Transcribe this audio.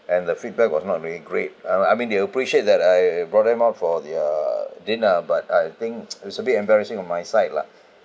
and the feedback was not really great and I mean they appreciate that I brought them on for the uh dinner but I think it's a bit embarrassing on my side lah